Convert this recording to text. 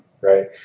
right